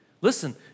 Listen